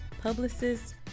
publicists